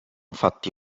fatti